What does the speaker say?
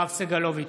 יואב סגלוביץ'